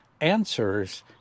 answers